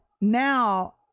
now